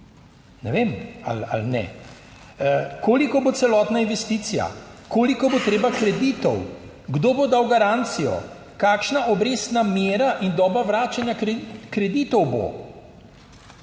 Ne vem, ali ne. Koliko bo celotna investicija? Koliko bo treba kreditov? Kdo bo dal garancijo? Kakšna obrestna mera in doba vračanja kreditov bo?